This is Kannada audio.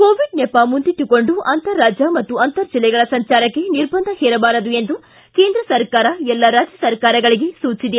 ಕೋವಿಡ್ ನೆಪ ಮುಂದಿಟ್ಟುಕೊಂಡು ಅಂತರರಾಜ್ಯ ಮತ್ತು ಅಂತರ ಜಿಲ್ಲೆಗಳ ಸಂಚಾರಕ್ಕೆ ನಿರ್ಬಂಧ ಹೇರಬಾರದು ಎಂದು ಕೇಂದ್ರ ಸರ್ಕಾರ ಎಲ್ಲ ರಾಜ್ಯ ಸರ್ಕಾರಗಳಿಗೆ ಸೂಚಿಸಿದೆ